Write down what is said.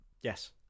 Yes